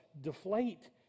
deflate